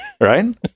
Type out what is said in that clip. Right